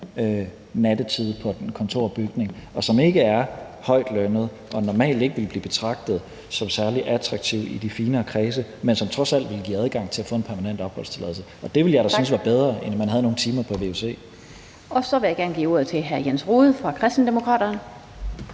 nattetide i en kontorbygning, og som ikke er højtlønnet og normalt ikke vil blive betragtet som særlig attraktivt i de finere kredse, men som trods alt vil give adgang til at få en permanent opholdstilladelse. Og det ville jeg da synes var bedre, end at man havde nogle timer på vuc. Kl. 15:03 Den fg. formand (Annette Lind): Tak. Så vil jeg gerne give ordet til hr. Jens Rohde fra Kristendemokraterne.